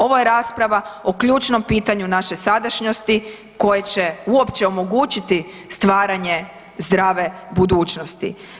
Ovo je rasprava o ključnom pitanju naše sadašnjosti koje će uopće omogućiti stvaranje zdrave budućnosti.